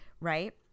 Right